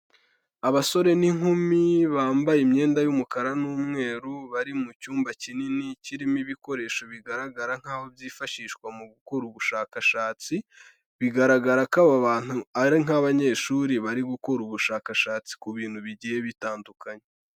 Abasore n'inkumi bambaye imyenda y'umukara n'umweru, bari mu cyumba kinini kirimo ibikoresho bigaragara nkaho byifashishwa mu gukora ubushakashatsi, bigaragara ko aba bantu ari nk'abanyeshuri bari gukora ubushakashatsi ku bintu bigiye bitandukanye.